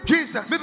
Jesus